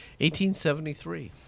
1873